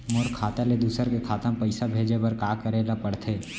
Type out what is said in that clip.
मोर खाता ले दूसर के खाता म पइसा भेजे बर का करेल पढ़थे?